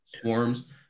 swarms